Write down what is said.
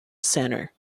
center